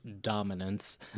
dominance